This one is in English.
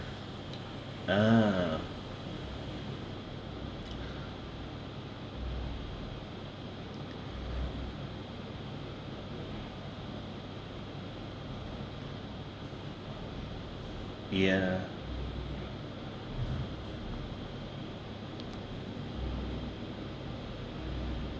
a'ah ya